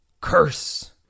curse